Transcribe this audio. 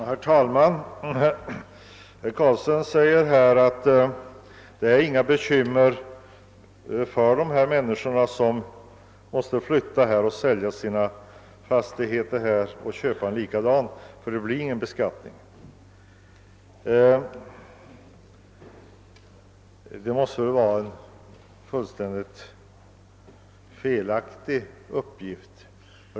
Herr talman! Herr Carlstein säger att det inte blir någon beskattning av de människor som skall flytta från en ort och som därför måste sälja sina fastigheter och köpa likadana på en annan ort. Den uppgiften måste vara fullständigt felaktig.